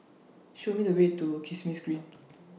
Show Me The Way to Kismis Green